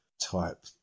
type